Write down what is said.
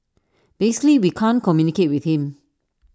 basically we can't communicate with him